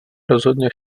rozhodně